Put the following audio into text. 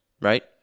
Right